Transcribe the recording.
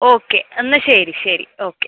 okay എന്നാൽ ശരി ശരി ഓക്കെ